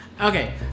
okay